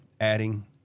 adding